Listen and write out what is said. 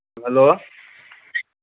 hello